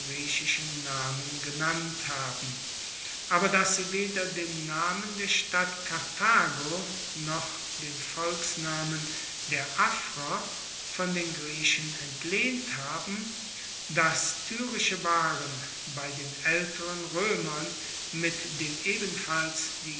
namen genannt haben aber dass sie weder den namen der stadt karthago noch den volksnamen der afrer von den griechen entlehnt haben dass tyrische waren bei den aelteren roemern mit dem ebenfalls